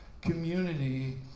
community